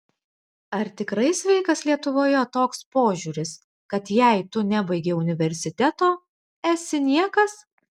ar tikrai sveikas lietuvoje toks požiūris kad jei tu nebaigei universiteto esi niekas